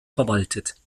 verwaltet